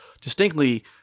distinctly